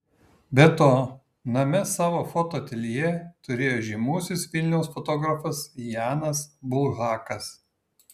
be to name savo fotoateljė turėjo žymusis vilniaus fotografas janas bulhakas